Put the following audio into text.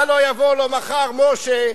הלוא יבוא לו מחר משה,